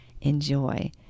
enjoy